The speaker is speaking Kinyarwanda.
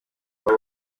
aho